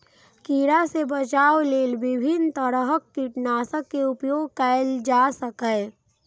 कीड़ा सं बचाव लेल विभिन्न तरहक कीटनाशक के उपयोग कैल जा सकैए